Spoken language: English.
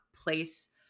place